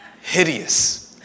hideous